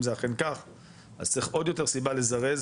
אם זה אכן כך אז צריך עוד יותר סיבה לזרז,